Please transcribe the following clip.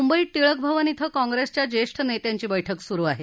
मुंबईत टिळक भवन थे काँप्रेसच्या ज्येष्ठ नेत्यांची बैठक सुरू आहे